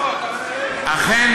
אכן,